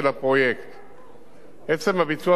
אני בקי מאוד בפרטים,